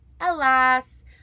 alas